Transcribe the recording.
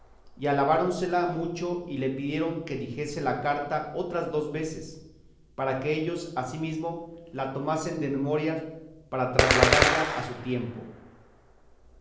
y alabáronsela mucho y le pidieron que dijese la carta otras dos veces para que ellos ansimesmo la tomasen de memoria para trasladalla a su tiempo